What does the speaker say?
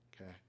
Okay